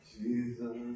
Jesus